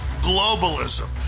globalism